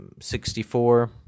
64